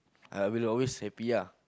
I will always happy ah